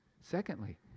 Secondly